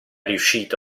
riuscito